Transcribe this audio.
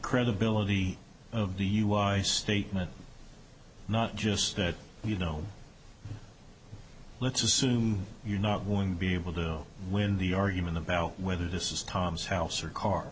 credibility of dui statement not just that you know let's assume you're not going to be able to go win the argument about whether this is tom's house or car